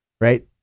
right